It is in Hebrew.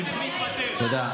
תודה.